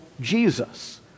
Jesus